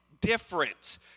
different